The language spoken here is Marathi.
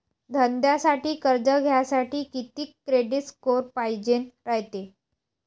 धंद्यासाठी कर्ज घ्यासाठी कितीक क्रेडिट स्कोर पायजेन रायते?